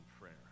prayer